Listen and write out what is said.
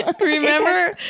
Remember